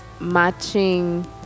matching